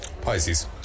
Pisces